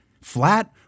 Flat